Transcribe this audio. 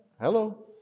Hello